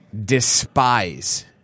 despise